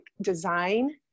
design